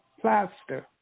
plaster